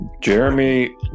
Jeremy